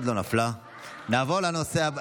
תפסו את מקומותיכם,